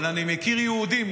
אבל אני מכיר יהודים.